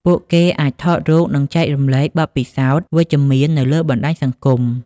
ពួកគេអាចថតរូប និងចែករំលែកបទពិសោធន៍វិជ្ជមាននៅលើបណ្តាញសង្គម។